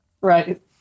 Right